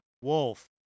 wolf